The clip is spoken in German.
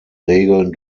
regeln